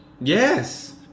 Yes